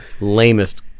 lamest